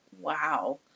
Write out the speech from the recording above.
Wow